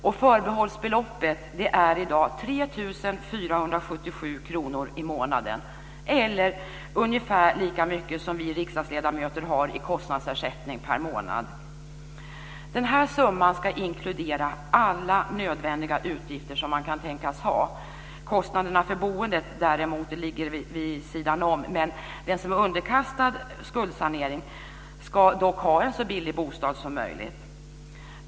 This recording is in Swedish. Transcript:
Och förbehållsbeloppet är i dag 3 477 kr i månaden, eller ungefär lika mycket som vi riksdagsledamöter har i kostnadsersättning per månad. Den här summan ska inkludera alla nödvändiga utgifter som man kan tänkas ha. Kostnaderna för boendet däremot ligger vid sidan om. Men den som är underkastad skuldsanering ska dock ha en så billig bostad som möjligt.